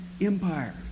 Empire